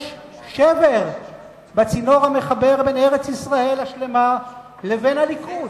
יש שבר בצינור המחבר בין ארץ-ישראל השלמה לבין הליכוד.